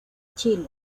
chile